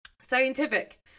Scientific